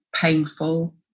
painful